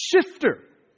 shifter